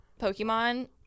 Pokemon